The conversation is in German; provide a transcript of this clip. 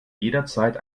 jederzeit